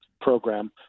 Program